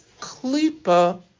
klipa